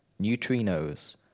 Neutrinos